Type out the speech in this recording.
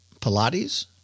Pilates